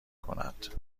کند